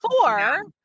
four